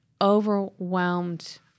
overwhelmed